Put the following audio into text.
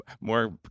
more